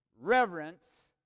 reverence